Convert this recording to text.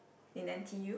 in N_t_U